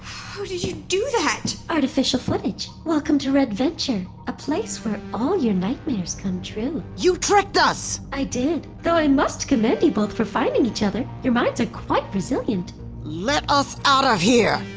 did you do that? artificial footage. welcome to red venture, a place where all your nightmares come true you tricked us! i did. though i must commend you both for finding each other. your minds are quite resilient let us out of here!